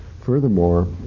furthermore